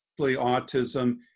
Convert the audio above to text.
autism